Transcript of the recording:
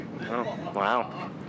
Wow